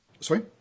Sorry